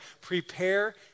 prepare